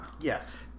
Yes